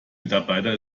mitarbeiter